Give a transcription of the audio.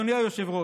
אדוני היושב-ראש,